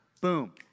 Boom